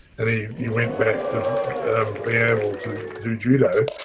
and he he went back to be able to do judo.